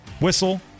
whistle